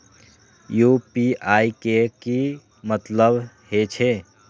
UPI के की मतलब हे छे?